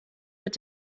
mit